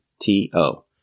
T-O